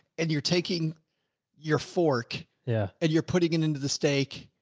and you're taking your fork yeah and you're putting it into the steak.